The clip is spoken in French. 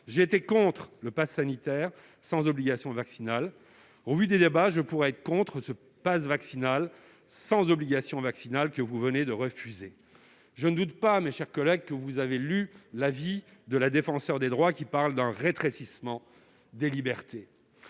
J'étais contre le passe sanitaire sans obligation vaccinale. De même, je pourrais être contre le passe vaccinal sans obligation vaccinale, obligation que vous venez de refuser. Je ne doute pas, mes chers collègues, que vous avez lu l'avis de la Défenseure des droits, qui parle d'un rétrécissement des libertés.